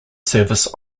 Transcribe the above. service